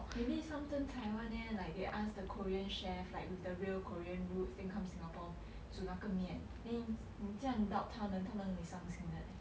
maybe some 真材 [one] leh like they ask the korean chef like with the real korean roots then come Singapore 煮那个面 then 你这样 doubt 他们他们会伤心的 leh